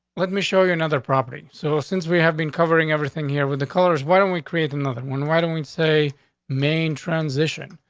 let me show you another property. so since we have been covering everything here with the colors, why don't we create another when why don't we say main transition?